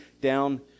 down